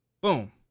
Boom